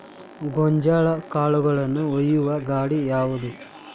ಗೋಂಜಾಳ ಕಾಳುಗಳನ್ನು ಒಯ್ಯುವ ಗಾಡಿ ಯಾವದು?